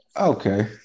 Okay